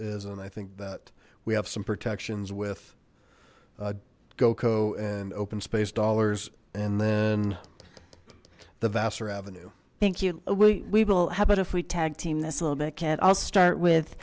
is and i think that we have some protections with goko and open space dollars and then the vassar avenue thank you we will how about if we tag team this a little bit kid i'll start with